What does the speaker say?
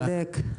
צודק.